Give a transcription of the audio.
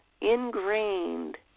ingrained